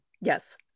Yes